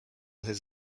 his